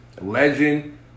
Legend